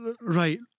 right